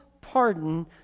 pardon